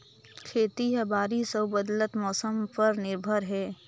खेती ह बारिश अऊ बदलत मौसम पर निर्भर हे